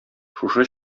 шушы